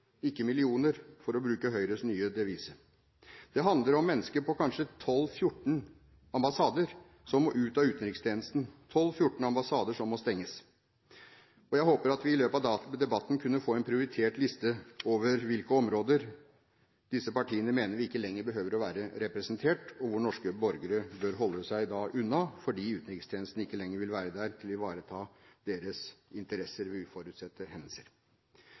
ikke millioner – for å bruke Høyres nye devise. Det handler om mennesker på kanskje 12–14 ambassader som må ut av utenrikstjenesten, 12–14 ambassader som må stenges. Jeg håper at vi i løpet av debatten kan få en prioritert liste over hvilke områder disse partiene mener vi ikke lenger behøver å være representert i, og som norske borgere da bør holde seg unna fordi utenrikstjenesten ikke lenger vil være der til å ivareta deres interesser ved uforutsette hendelser.